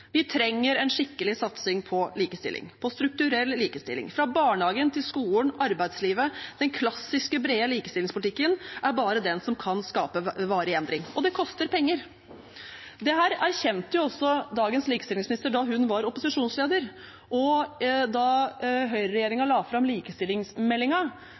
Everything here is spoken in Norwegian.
Vi trenger en skikkelig satsing på likestilling, på strukturell likestilling. Fra barnehagen til skolen til arbeidslivet – det er bare den klassiske, brede likestillingspolitikken som kan skape varig endring. Det koster penger. Dette erkjente også dagens likestillingsminister da hun var opposisjonsleder. Da høyreregjeringen la fram likestillingsmeldingen, gikk Venstre og